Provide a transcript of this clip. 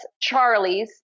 Charlie's